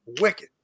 Wicked